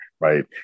right